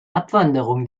abwanderung